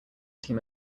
team